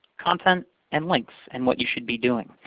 content and links, and what you should be doing.